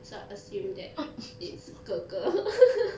so I assume that it's 哥哥